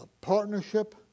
partnership